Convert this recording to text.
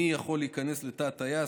מי יכול להיכנס לתא הטייס,